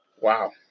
Wow